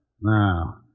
Now